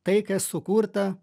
tai kas sukurta